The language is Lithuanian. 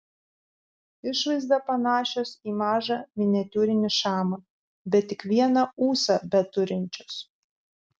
išvaizda panašios į mažą miniatiūrinį šamą bet tik vieną ūsą beturinčios